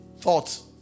thoughts